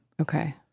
Okay